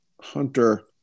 Hunter